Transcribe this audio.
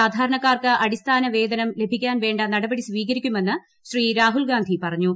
സാധാരണക്കാർക്ക് അടിസ്ഥാന വേതനം ലഭിക്കാൻ വേണ്ട നടപടി സ്വീകരിക്കുമെന്ന് രാഹുൽഗാന്ധി പറഞ്ഞു